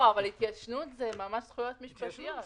אבל התיישנות, אלה ממש זכויות משפטיות.